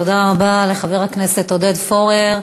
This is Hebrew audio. תודה רבה לחבר הכנסת עודד פורר.